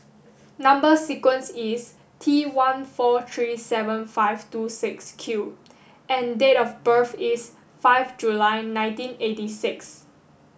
number sequence is T one four three seven five two six Q and date of birth is five July nineteen eighty six